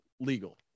legal